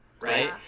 right